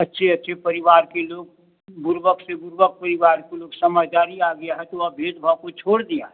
अच्छे अच्छे परिवार के लोग बुरबक से बुरबक परिवार के लोग समझदारी आ गया है तो अब भेदभाव को छोड़ दिया